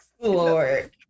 Lord